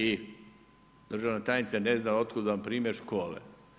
I državna tajnica, ne zna, od kuda vam primjer škole.